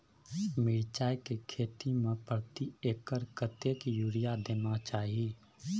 मिर्चाय के खेती में प्रति एकर कतेक यूरिया देना चाही?